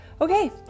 Okay